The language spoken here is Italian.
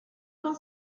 con